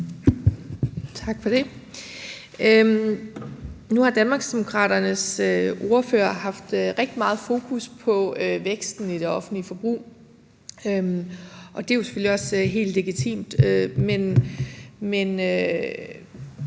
Tak for det. Nu har Danmarksdemokraternes ordfører haft rigtig meget fokus på væksten i det offentlige forbrug, og det er selvfølgelig også helt legitimt,